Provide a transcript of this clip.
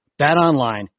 BetOnline